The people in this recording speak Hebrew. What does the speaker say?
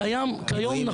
כיום,